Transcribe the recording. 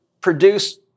produce